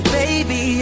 baby